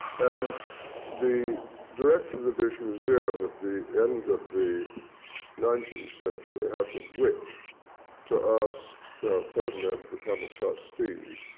and the director of the british museum, at the end of the nineteenth century, had the wit to ah ask ferdinand to become a trustee,